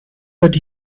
that